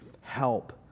Help